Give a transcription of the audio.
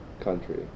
country